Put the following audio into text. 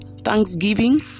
thanksgiving